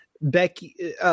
Becky